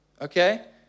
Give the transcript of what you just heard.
okay